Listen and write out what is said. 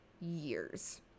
years